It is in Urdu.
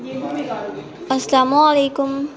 السلام علیکم